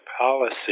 policy